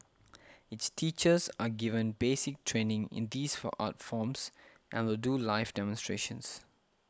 its teachers are given basic training in these art forms and will do live demonstrations